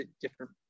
different